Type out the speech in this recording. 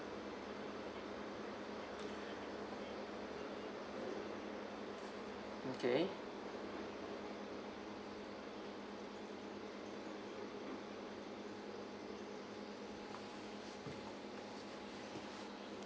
okay